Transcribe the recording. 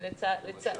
למשל.